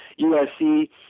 USC